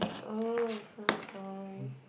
ah so boring